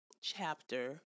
chapter